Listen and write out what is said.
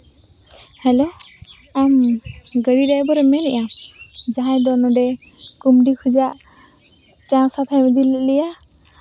hello ᱟᱢ ᱜᱟᱹᱰᱤ ᱰᱟᱭᱵᱟᱨᱮᱢ ᱢᱮᱱᱮᱜᱼᱟ ᱡᱟᱦᱟᱸᱭ ᱫᱚ ᱱᱚᱰᱮ ᱠᱚᱱᱰᱤ ᱠᱷᱚᱡᱟᱜ ᱤᱫᱤ ᱞᱮᱫ ᱞᱮᱭᱟ